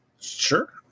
Sure